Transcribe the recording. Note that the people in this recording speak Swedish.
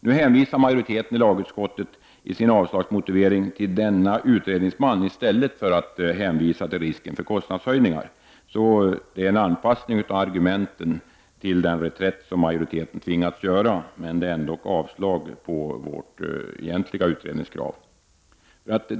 Nu hänvisar majoriteten i sin avslagsmotivering till denna utredningsman i stället för att hänvisa till risken för kostnadshöjningar. Det är en anpassning av argumenten till den reträtt som majoriteten tvingats göra, men det innebär ändå avslag på vårt egentliga utredningskrav.